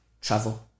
Travel